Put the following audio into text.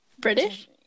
British